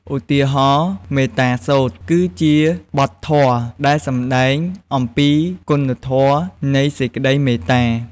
ឧទាហរណ៍ មេត្តាសូត្រ គឺជាបទធម៌ដែលសំដែងអំពីគុណធម៌នៃសេចក្តីមេត្តា។